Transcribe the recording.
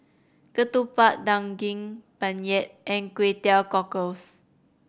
ketupat Daging Penyet and Kway Teow Cockles